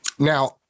Now